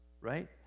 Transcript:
Right